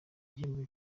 igihembo